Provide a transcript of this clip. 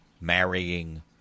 marrying